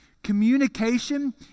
Communication